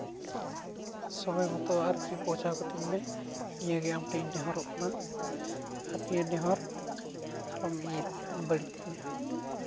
ᱥᱚᱢᱚᱭ ᱢᱚᱛᱚ ᱟᱨᱠᱤ ᱯᱳᱪᱷᱟᱣ ᱠᱟᱹᱛᱤᱧ ᱢᱮ ᱱᱤᱭᱟᱹᱜᱮ ᱟᱢ ᱴᱷᱮ ᱤᱧ ᱱᱮᱦᱚᱨᱚᱜ ᱠᱟᱱᱟ ᱟᱨ ᱱᱤᱭᱟᱹ ᱱᱮᱦᱚᱨ ᱟᱞᱚᱢ ᱵᱟᱹᱲᱤᱡ ᱛᱤᱧᱟᱹ